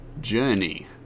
Journey